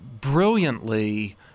brilliantly